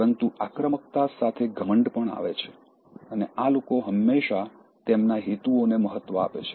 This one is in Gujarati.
પરંતુ આક્રમકતા સાથે ઘમંડ પણ આવે છે અને આ લોકો હંમેશાં તેમના હેતુઓને મહત્વ આપે છે